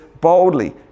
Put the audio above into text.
boldly